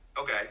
Okay